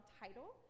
title